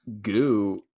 goo